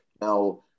now